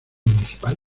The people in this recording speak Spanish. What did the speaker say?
municipal